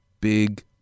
big